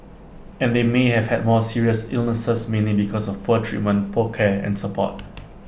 and they may have had more serious illnesses mainly because of poor treatment poor care and support